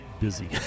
busy